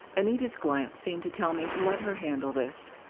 anita's glance seemed to tell me to let her handle this.